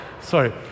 Sorry